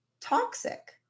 toxic